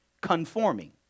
Conforming